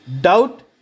Doubt